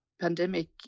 pandemic